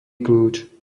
kľúč